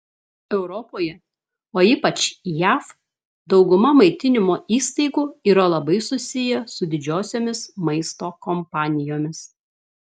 europoje o ypač jav dauguma maitinimo įstaigų yra labai susiję su didžiosiomis maisto kompanijomis